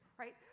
right